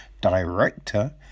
director